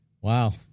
Wow